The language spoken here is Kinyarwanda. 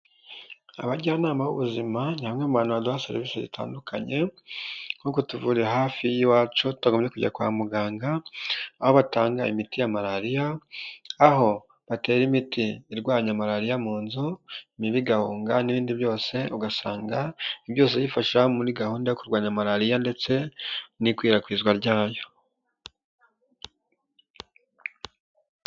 Abajyanama b'ubuzima ni bamwe mu bantu baduha serivisi zitandukanye, nko kutuvurira hafi y'iwacu tutagombye kujya kwa muganga, aho batanga imiti ya Malariya, aho batera imiti irwanya Malariya mu nzu imibu igahunga n'ibindi byose ugasanga byose bifasha muri gahunda yo kurwanya Malariya ndetse n'ikwirakwizwa ryayo.